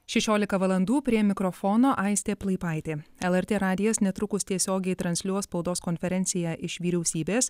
šešiolika valandų prie mikrofono aistė plaipaitė lrt radijas netrukus tiesiogiai transliuos spaudos konferenciją iš vyriausybės